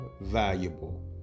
valuable